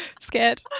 scared